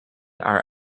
are